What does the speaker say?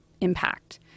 impact